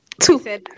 Two